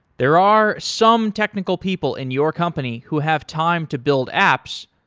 there are some technical people in your company who have time to build apps,